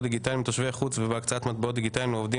דיגיטליים לתושבי חוץ ובהקצאת מטבעות דיגיטליים לעובדים),